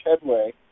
headway